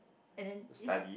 and then